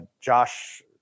Josh